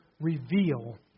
reveal